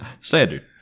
Standard